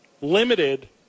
limited